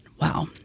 Wow